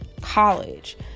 college